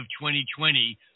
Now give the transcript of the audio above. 2020